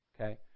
Okay